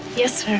yes sir.